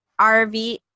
RV